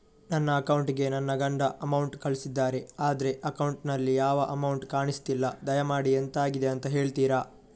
ನನ್ನ ಅಕೌಂಟ್ ಗೆ ನನ್ನ ಗಂಡ ಅಮೌಂಟ್ ಕಳ್ಸಿದ್ದಾರೆ ಆದ್ರೆ ಅಕೌಂಟ್ ನಲ್ಲಿ ಯಾವ ಅಮೌಂಟ್ ಕಾಣಿಸ್ತಿಲ್ಲ ದಯಮಾಡಿ ಎಂತಾಗಿದೆ ಅಂತ ಹೇಳ್ತೀರಾ?